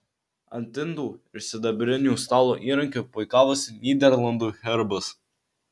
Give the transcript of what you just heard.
ant indų ir sidabrinių stalo įrankių puikavosi nyderlandų herbas